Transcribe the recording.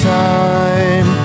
time